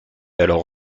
alors